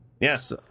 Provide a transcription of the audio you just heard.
Yes